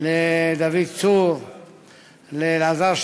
לדוד צור, לאלעזר שטרן,